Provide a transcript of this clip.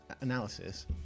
analysis